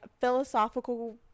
philosophical